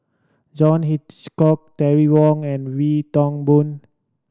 John Hitchcock Terry Wong and Wee Toon Boon